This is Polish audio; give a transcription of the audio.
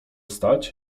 stać